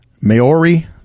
Maori